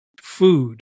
food